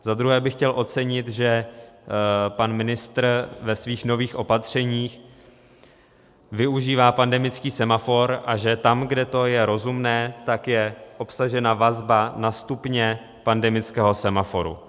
Za druhé bych chtěl ocenit, že pan ministr ve svých nových opatřeních využívá pandemický semafor a že tam, kde to je rozumné, je obsažena vazba na stupně pandemického semaforu.